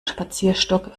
spazierstock